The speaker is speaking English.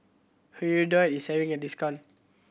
Hirudoid is having a discount